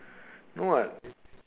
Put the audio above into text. no what